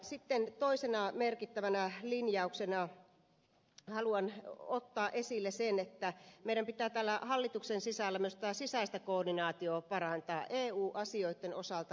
sitten toisena merkittävänä linjauksena haluan ottaa esille sen että meidän pitää täällä hallituksen sisällä myös tätä sisäistä koordinaatiota parantaa eu asioitten osalta